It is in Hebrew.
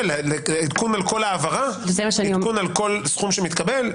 עדכון על כל העברה, עדכון על כל סכום שמתקבל.